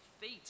feet